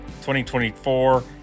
2024